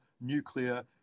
nuclear